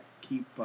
keep